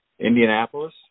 Indianapolis